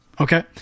Okay